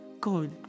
God